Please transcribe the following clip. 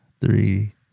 three